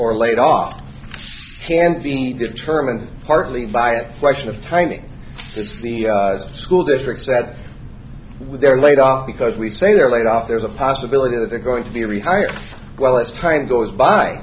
or laid off can be determined partly by a question of timing as the school district that they're laid off because we say they're laid off there's a possibility that they're going to be rehired well as time goes by